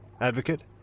Advocate